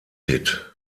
hit